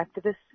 activists